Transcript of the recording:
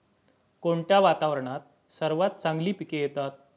कोणत्या वातावरणात सर्वात चांगली पिके येतात?